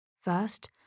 First